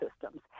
systems